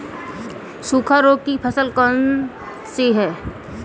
सूखा रोग की फसल कौन सी है?